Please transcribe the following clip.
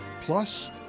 plus